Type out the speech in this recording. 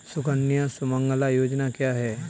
सुकन्या सुमंगला योजना क्या है?